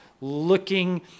looking